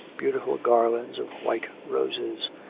beautiful garlands of white roses.